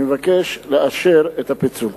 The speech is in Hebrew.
אני מבקש לאשר את הפיצול.